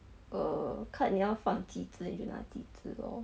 uh 看你要放几只你就拿几只 lor